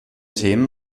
themen